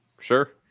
Sure